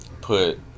put